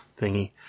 thingy